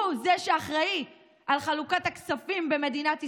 הוא שאחראי לחלוקת הכספים במדינת ישראל,